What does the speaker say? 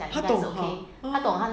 他懂啊